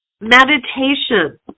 Meditation